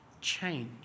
change